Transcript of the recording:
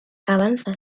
avanza